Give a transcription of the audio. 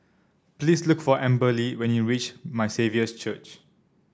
please look for Amberly when you reach My Saviour's Church